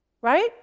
right